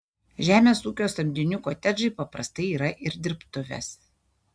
žemės ūkio samdinių kotedžai paprastai yra ir dirbtuvės